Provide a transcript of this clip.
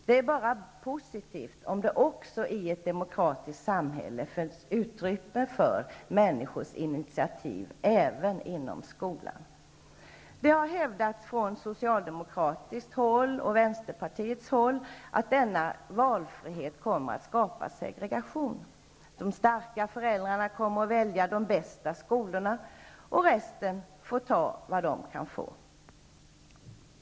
Det är bara positivt om det också i ett demokratiskt samhälle finns utrymme för människors initiativ även inom skolan. Det har hävdats från socialdemokratiskt och vänsterpartistiskt håll att denna valfrihet kommer att skapa segregation. De starka föräldrarna kommer att välja de bästa skolorna, och resten får ta vad de kan få.